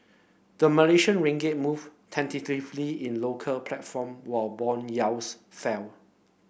the Malaysian Ringgit moved tentatively inlocal platform while bond yields fell